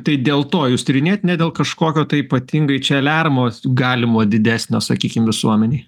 tai dėl to jūs tyrinėjat ne dėl kažkokio tai ypatingai čia aliarmo galimo didesnio sakykim visuomenei